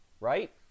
right